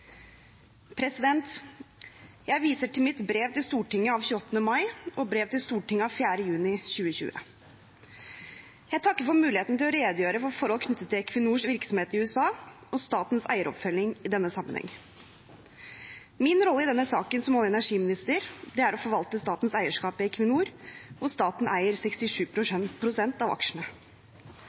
1. Jeg viser til mitt brev til Stortinget av 28. mai og brev fra Stortinget av 4. juni 2020. Jeg takker for muligheten til å redegjøre for forhold knyttet til Equinors virksomhet i USA og statens eieroppfølging i denne sammenhengen. Min rolle i denne saken, som olje- og energiminister, er å forvalte statens eierskap i Equinor, hvor staten eier 67 pst. av aksjene.